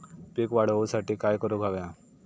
पीक वाढ होऊसाठी काय करूक हव्या?